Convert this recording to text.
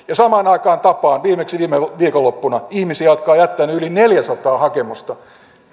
ja samaan aikaan tapaan viimeksi viime viikonloppuna ihmisiä jotka ovat jättäneet yli neljäsataa